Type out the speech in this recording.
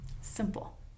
Simple